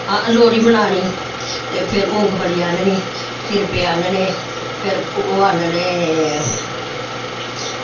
आं लोह्ड़ी मनानी ते फिर मुंगफली आह्ननी चिड़वे आह्नने फिर ओह् आह्नने